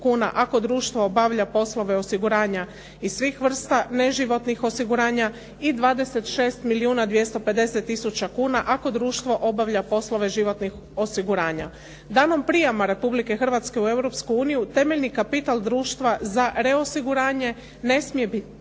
ako društvo obavlja poslove osiguranja iz svih vrsta neživotnih osiguranja i 26 milijuna 250 tisuća kuna ako društvo obavlja poslove životnih osiguranja. Danom prijema Republike Hrvatske u Europsku uniju, temeljni kapital društva za reosiguranje ne smije biti